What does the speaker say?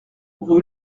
rue